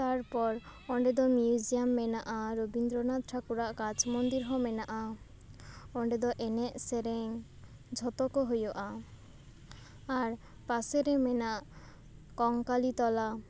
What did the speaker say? ᱛᱟᱨᱯᱚᱨ ᱚᱸᱰᱮ ᱫᱚ ᱢᱤᱭᱩᱡᱤᱭᱟᱢ ᱢᱮᱱᱟᱜᱼᱟ ᱨᱚᱵᱤᱱᱫᱨᱟᱱᱟᱛᱷ ᱴᱷᱟᱠᱩᱨ ᱟᱜ ᱠᱟᱸᱪ ᱢᱚᱱᱫᱤᱨ ᱦᱚᱸ ᱢᱮᱱᱟᱜᱼᱟ ᱚᱸᱰᱮ ᱫᱚ ᱮᱱᱮᱡ ᱥᱮᱨᱮᱧ ᱡᱷᱚᱛᱚ ᱠᱚ ᱦᱩᱭᱩᱜ ᱟ ᱟᱨ ᱯᱟᱥᱮ ᱨᱮ ᱢᱮᱱᱟ ᱠᱚᱝᱠᱟᱞᱤ ᱛᱚᱞᱟ